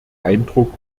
eindruck